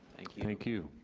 you. thank you.